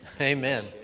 Amen